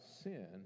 sin